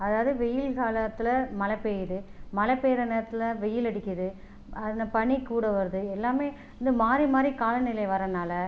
அதாவது வெயில் காலத்தில் மழை பெய்யுது மழை பெய்யுற நேரத்தில் வெயில் அடிக்குது அதில் பனி கூட வருது எல்லாமே வந்து மாறி மாறி காலம் நிலை வர்றனால்